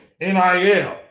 NIL